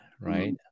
Right